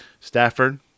Stafford